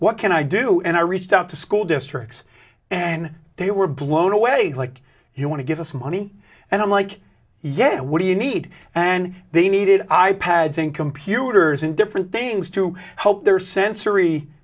what can i do and i reached out to school districts and they were blown away like you want to give us money and i'm like yes what do you need and they needed i pads and computers and different things to help their sensory